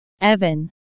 Evan